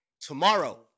tomorrow